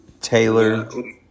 Taylor